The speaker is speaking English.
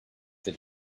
that